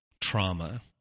trauma